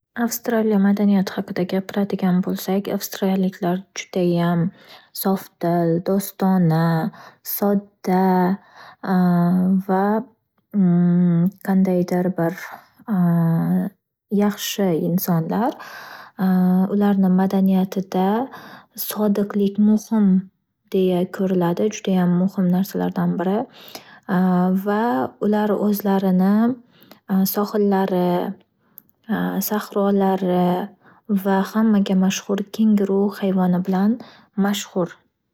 Avstraliya madaniyati haqida gapiradigan bo’lsak, avstraliyaliklar judayam sofdi,l do'stona, sodda va qandaydir bir yaxshi insonlar ularni madaniyatida sodiqlik muhim deya ko’riladi judayam narsalardan biri va ular o'zlarini sohillari, sahrolari va hammaga mashxur kenguru hayvoni bilan mashhur.